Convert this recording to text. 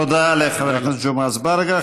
תודה לחבר הכנסת ג'מעה אזברגה.